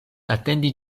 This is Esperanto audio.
atendi